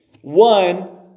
One